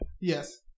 Yes